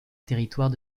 territoire